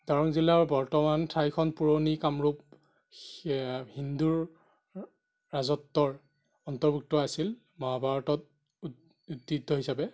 দৰং জিলাৰ বৰ্তমান ঠাইখন পুৰণি কামৰূপ হিন্দুৰ ৰাজত্বৰ অন্তভুৰ্ক্ত আছিল মহাভাৰতত ঐতিহ্য হিচাপে